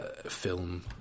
Film